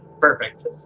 Perfect